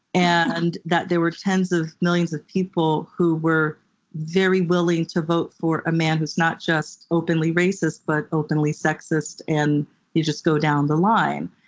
and there were tens of millions of people who were very willing to vote for a man who is not just openly racist but openly sexist, and you just go down the line.